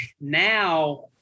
now